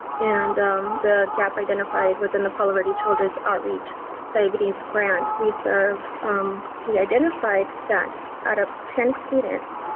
and the gap identified within the palo verde children's outreach diabetes grant. we sort of um we identified that out of ten students,